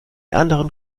anderen